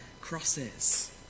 crosses